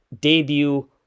debut